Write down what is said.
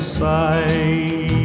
side